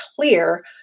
clear